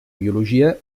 biologia